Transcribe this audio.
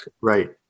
Right